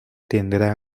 tendrá